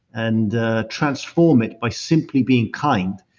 and transform it by simply being kind,